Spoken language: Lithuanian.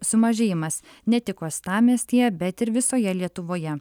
sumažėjimas ne tik uostamiestyje bet ir visoje lietuvoje